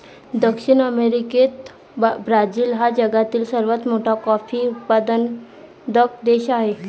दक्षिण अमेरिकेत ब्राझील हा जगातील सर्वात मोठा कॉफी उत्पादक देश आहे